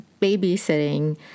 babysitting